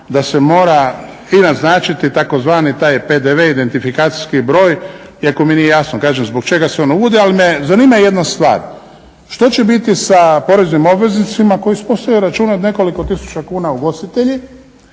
da se mora i naznačiti tzv. taj PDV identifikacijski broj iako mi nije jasno kažem zbog čega se ono … ali me zanima jedna stvar, što će biti sa poreznim obveznicima koji ispostave račun od nekoliko tisuća kuna ugostitelji,